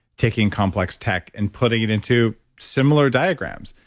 taking complex tech and putting it into similar diagrams,